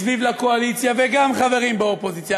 מסביב לקואליציה, וגם חברים באופוזיציה.